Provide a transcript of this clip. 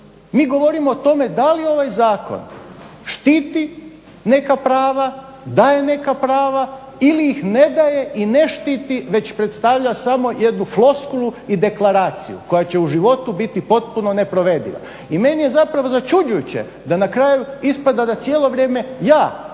Mi govorimo o tome da li ovaj zakon štiti neka prava, daje neka prava ili ih ne daje i ne štiti već predstavlja samo jednu floskulu i deklaraciju koja će u životu biti potpuno neprovediva. I meni je zapravo začuđujuće da na kraju ispada da cijelo vrijeme ja